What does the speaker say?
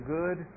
good